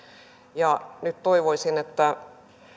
nyt toivoisin että